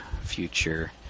future